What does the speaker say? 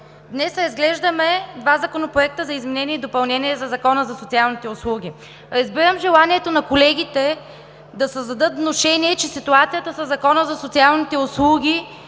Днес разглеждаме два законопроекта за изменение и допълнение на Закона за социалните услуги. Разбирам желанието на колегите да създадат внушение, че ситуацията със Закона за социалните услуги